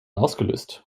ausgelöst